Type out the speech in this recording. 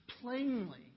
plainly